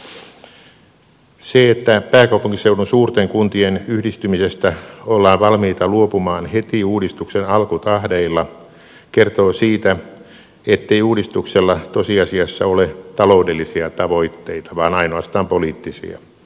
se että pääkaupunkiseudun suurten kuntien yhdistymisestä ollaan valmiita luopumaan heti uudistuksen alkutahdeilla kertoo siitä ettei uudistuksella tosiasiassa ole taloudellisia tavoitteita vaan ainoastaan poliittisia